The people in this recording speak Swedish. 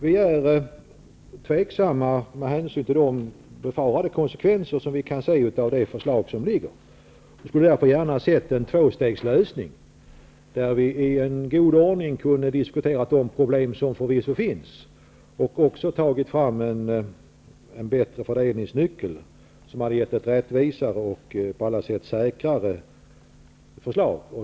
Vi är tveksamma till detta med hänsyn till de befarade konsekvenserna av det förslag som ligger. Vi hade gärna sett en tvåstegslösning där man i god ordning hade diskuterat de problem som förvisso finns och även tagit fram en bättre fördelningsnyckel, något som skulle lett till ett rättvisare och på alla sätt säkrare förslag.